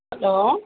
hello